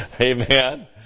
Amen